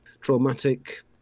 traumatic